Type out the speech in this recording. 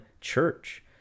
church